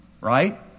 right